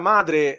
Madre